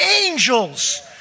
angels